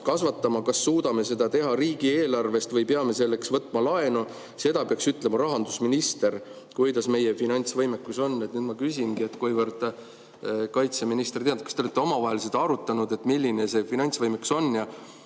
kasvatama; kas suudame seda teha riigieelarvest või peame selleks võtma laenu, seda peaks ütlema rahandusminister, kuidas meie finantsvõimekus on." Nüüd ma küsingi, kuivõrd kaitseminister ei teadnud, kas te olete omavahel seda arutanud, milline see finantsvõimekus on.